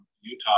Utah